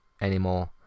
anymore